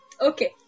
Okay